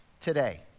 today